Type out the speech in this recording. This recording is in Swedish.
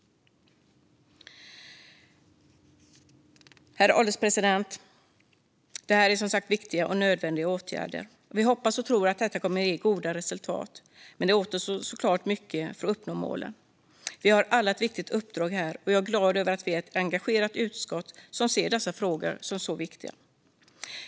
Herr ålderspresident! Detta är som sagt viktiga och nödvändiga åtgärder. Vi hoppas och tror att de kommer att ge goda resultat, men det återstår såklart mycket för att uppnå målen. Vi har alla ett viktigt uppdrag här, och jag är glad över att vi är ett engagerat utskott som ser dessa frågor som viktiga.